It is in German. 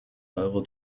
euro